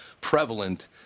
prevalent